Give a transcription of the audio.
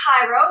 Cairo